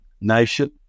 nation